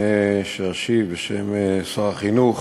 לפני שאשיב בשם שר החינוך,